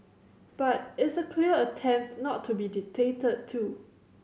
but it's a clear attempt not to be dictated to